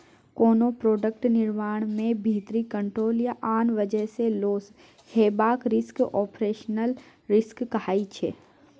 कोनो प्रोडक्ट निर्माण मे भीतरी कंट्रोल या आन बजह सँ लौस हेबाक रिस्क आपरेशनल रिस्क कहाइ छै